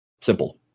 simple